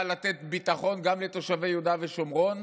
לתת ביטחון גם לתושבי יהודה ושומרון,